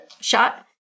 shot